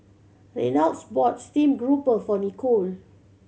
Reynolds bought steamed grouper for Nicole